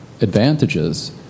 advantages